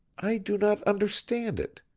i do not understand it!